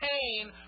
pain